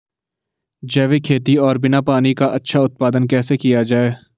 जैविक खेती और बिना पानी का अच्छा उत्पादन कैसे किया जाए?